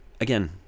again